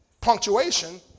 punctuation